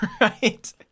Right